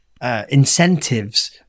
Incentives